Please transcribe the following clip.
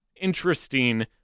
interesting